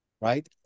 right